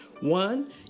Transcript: One